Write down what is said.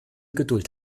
geduld